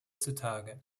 zutage